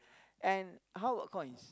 and how about coins